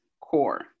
core